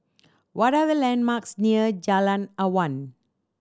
what are the landmarks near Jalan Awan